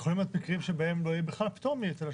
יכולים להיות מקרים שבהם לא יהיה בכלל פטור מהיטל השבחה.